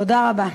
תודה רבה.